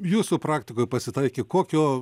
jūsų praktikoj pasitaikė kokio